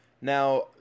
Now